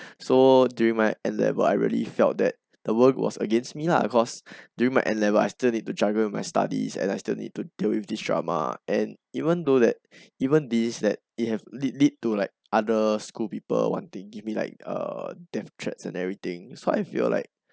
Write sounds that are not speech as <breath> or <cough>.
so during my N level I really felt that the world was against me lah cause during my N level I still need to juggle my studies and I still need to deal with this drama and even though that <breath> even these that it has lead lead to like other school people wanting give me like a death threats and everything so I feel like